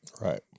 Right